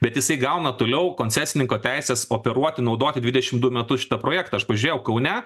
bet jisai gauna toliau koncesininko teises operuoti naudoti dvidešimt dudu metus šitą projektą aš pažiūrėjau kaune